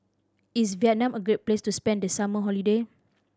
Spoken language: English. is Vietnam a good place to spend the summer holiday